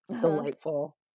delightful